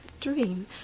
Dream